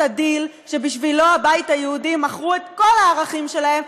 הדיל שבשבילו הבית היהודי מכרו את כל הערכים שלהם,